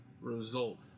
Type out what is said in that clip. result